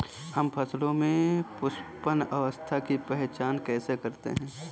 हम फसलों में पुष्पन अवस्था की पहचान कैसे करते हैं?